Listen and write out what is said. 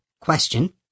question